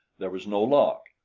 there was no lock.